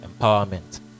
empowerment